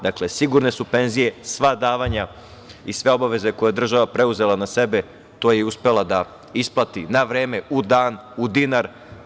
Dakle, penzije su sigurne, sva davanja i sve obaveze koje je država preuzela na sebe, to je i uspela da isplati na vreme, u dan, u dinar.